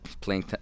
playing